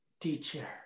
teacher